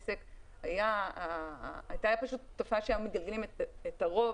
הייתה פשוט תופעה שהיו מגלגלים את הרוב,